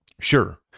Sure